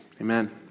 Amen